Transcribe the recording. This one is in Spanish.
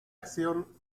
acción